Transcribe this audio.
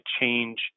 change